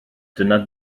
dyna